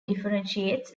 differentiates